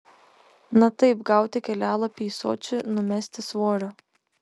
na taip gauti kelialapį į sočį numesti svorio